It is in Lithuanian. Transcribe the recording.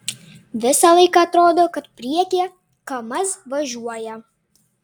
visą laiką atrodo kad priekyje kamaz važiuoja